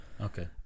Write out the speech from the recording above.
Okay